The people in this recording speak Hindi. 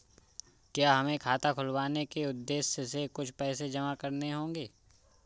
क्या हमें खाता खुलवाने के उद्देश्य से कुछ पैसे जमा करने होंगे?